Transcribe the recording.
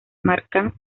marcan